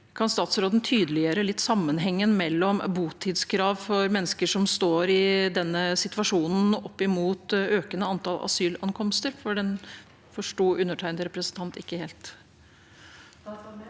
Kan statsråden tydeliggjøre litt sammenhengen mellom botidskrav for mennesker som står i denne situasjonen, opp mot økende antall asylankomster, for det forsto undertegnede representant ikke helt.